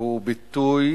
הוא ביטוי